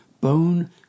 bone